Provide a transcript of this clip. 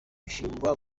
bishinjwa